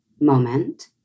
moment